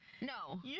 No